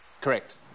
Correct